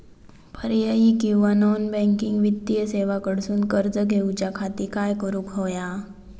पर्यायी किंवा non banking वित्तीय सेवा कडसून कर्ज घेऊच्या खाती काय करुक होया?